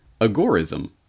Agorism